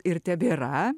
ir tebėra